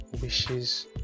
wishes